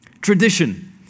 Tradition